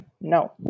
No